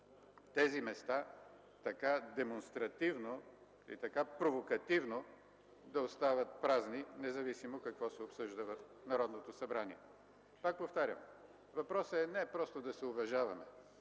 тези места така демонстративно и така провокативно да остават празни, независимо какво се обсъжда в Народното събрание. Пак повтарям: въпросът е не просто да се уважаваме,